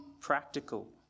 practical